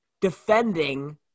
defending